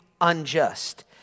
unjust